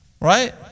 Right